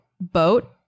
boat